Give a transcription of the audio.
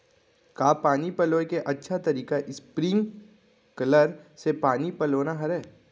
का पानी पलोय के अच्छा तरीका स्प्रिंगकलर से पानी पलोना हरय?